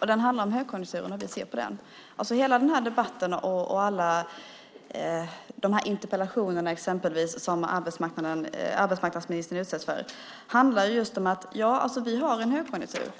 Den handlar om hur vi ser på högkonjunkturen. Hela denna debatt och exempelvis alla de interpellationer som arbetsmarknadsministern utsätts för handlar just om att vi har en högkonjunktur.